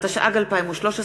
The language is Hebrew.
התשע"ג 2013,